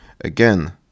Again